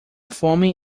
fome